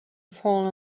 fallen